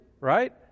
right